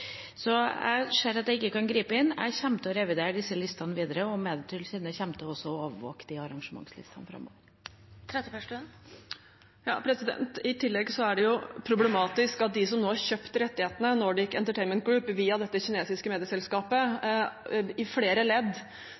Så jeg ser at jeg ikke kan gripe inn. Jeg kommer til å revidere disse listene, og Medietilsynet kommer også til å overvåke arrangementslistene framover. I tillegg er det problematisk at de som nå har kjøpt rettighetene, Nordic Entertainment Group, via dette kinesiske medieselskapet, i flere ledd